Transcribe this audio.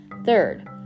Third